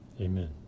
Amen